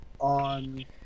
on